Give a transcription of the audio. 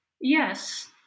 yes